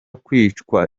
kwicwa